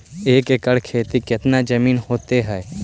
एक एकड़ खेत कितनी जमीन होते हैं?